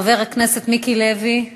חבר הכנסת מיקי לוי,